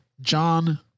John